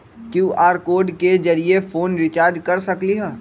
QR code के जरिय phone recharge कर सकली ह?